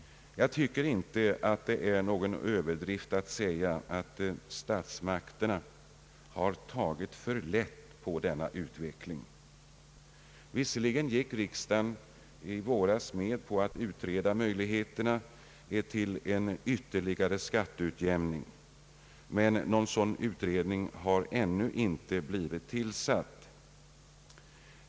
Jag tycker inte att det är någon överdrift att säga, att statsmakterna har tagit för lätt på denna utveckling. Visserligen gick riksdagen i våras med på att utreda möjligheterna för en ytterligare skatteutjämning. Men någon sådan utredning har ännu inte blivit tillsatt.